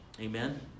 Amen